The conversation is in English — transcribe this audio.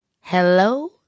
hello